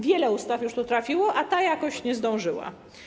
Wiele ustaw już tu trafiło, a ta jakoś nie zdążyła.